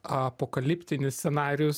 apokaliptinis scenarijus